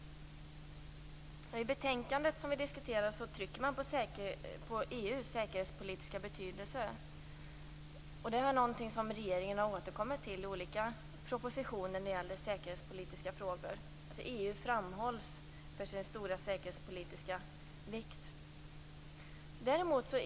I betänkandet trycker man på EU:s säkerhetspolitiska betydelse. Det är någonting som regeringen har återkommit till i olika propositioner om säkerhetspolitiska frågor. EU framhålls för sin stora säkerhetspolitiska vikt.